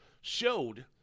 showed